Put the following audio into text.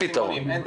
לא